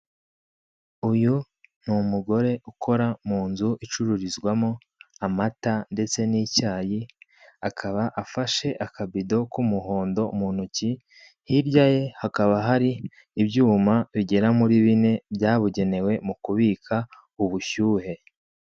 Uyu ni umugore ukora mu nzu icururizwamo amata ndetse n'icyayi akaba afashe akabido k'umuhondo mu ntoki, hirya ye hakaba hari ibyuma bigera muri bine byabugenewe mu kubika ubushyuhe.